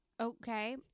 Okay